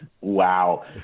Wow